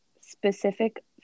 specific